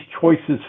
choices